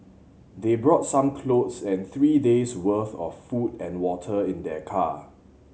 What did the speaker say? they brought some clothes and three days worth of food and water in their car